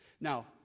Now